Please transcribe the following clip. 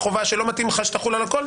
חובה שלא מתאים לך שתחול על הכל,